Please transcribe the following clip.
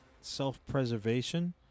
self-preservation